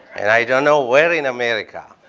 and i don't know where in america.